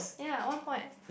ya one point